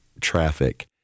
traffic